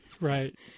Right